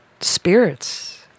spirits